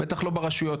בטח לא ברשויות.